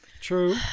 True